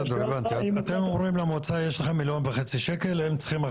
אתם אומרים למועצה, יש לכם מיליון וחצי שקל.